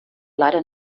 leider